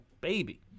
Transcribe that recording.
baby